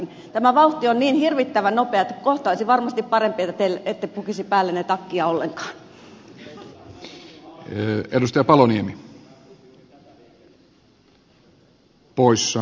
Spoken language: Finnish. tämä vauhti on niin hirvittävän nopea että kohta olisi varmasti parempi että te ette pukisi päällenne takkia ollenkaan